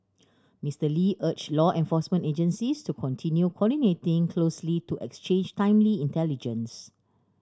Mister Lee urged law enforcement agencies to continue coordinating closely to exchange timely intelligence